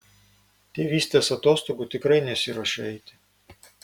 tėvystės atostogų tikrai nesiruošiu eiti